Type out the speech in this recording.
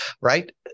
right